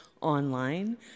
online